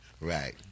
Right